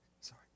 Sorry